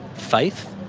faith,